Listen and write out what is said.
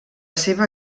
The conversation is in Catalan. seva